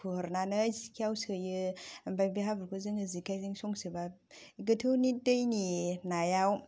बुखुहरनानै जिखायाव सोयो ओमफ्राय बे हाब्रुखौ जों जेखाइजों संसोबा गोथौनि दैनि नायाव